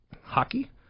hockey